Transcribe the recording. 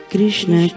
Krishna